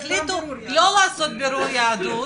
החליטו לא לעשות בירור יהדות,